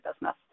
business